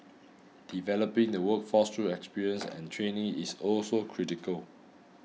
developing the workforce through experience and training is also critical